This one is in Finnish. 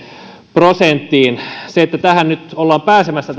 prosenttiin se että tähän varsinaiseen tavoitteeseen nyt ollaan pääsemässä